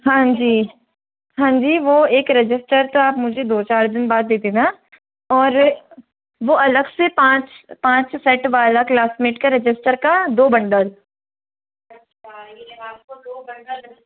हाँ जी हाँ जी वो एक रजिस्टर का आप मुझे दो चार दिन बाद दे देना और वो अलग से पाँच पाँच सेट वाला क्लाससमेट का रजिस्टर का दो बंडल बंडल दो बंडल रजिस्टर